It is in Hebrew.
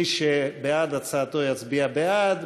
מי שבעד הצעתו, יצביע בעד.